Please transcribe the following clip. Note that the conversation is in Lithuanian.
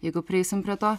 jeigu prieisim prie to